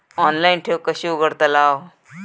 Online ठेव कशी उघडतलाव?